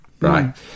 right